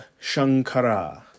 Shankara